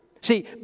see